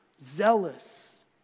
zealous